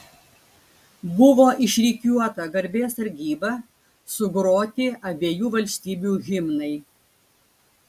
buvo išrikiuota garbės sargyba sugroti abiejų valstybių himnai